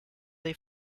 they